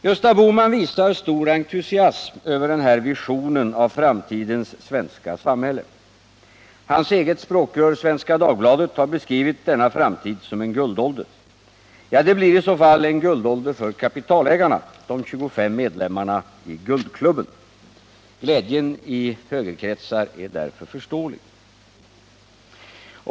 Gösta Bohman visar stor entusiasm över den här visionen av framtidens svenska samhälle. Hans eget språkrör, Svenska Dagbladet, har beskrivit denna framtid som en guldålder. Ja, det blir i så fall en guldålder för kapitalägarna, de 25 medlemmarna i ”Guldklubben”. Glädjen i högerkretsar är därför förståelig.